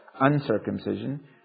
uncircumcision